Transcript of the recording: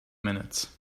minutes